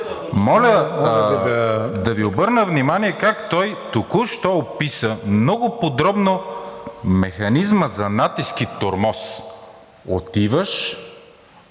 Моля да Ви обърна внимание как той току-що описа много подробно механизма за натиск и тормоз – отиваш